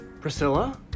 Priscilla